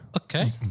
Okay